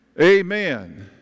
amen